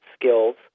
skills